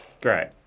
Great